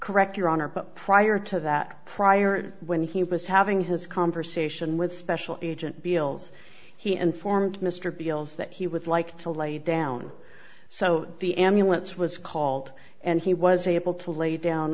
correct your honor but prior to that prior to when he was having his conversation with special agent beals he informed mr beale's that he would like to lay down so the ambulance was called and he was able to lay down